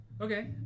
Okay